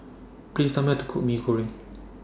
Please Tell Me How to Cook Mee Goreng